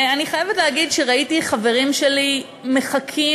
אני חייבת להגיד שראיתי חברים שלי מחכים